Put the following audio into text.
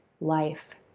life